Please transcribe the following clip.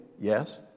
Yes